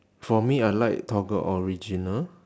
for me I like toggle original